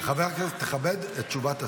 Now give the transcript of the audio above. חבר הכנסת, תכבד את תשובת השר.